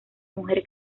mujer